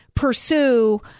pursue